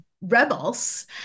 rebels